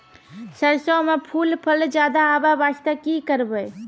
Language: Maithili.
सरसों म फूल फल ज्यादा आबै बास्ते कि करबै?